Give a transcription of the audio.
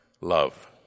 love